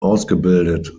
ausgebildet